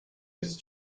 its